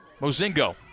Mozingo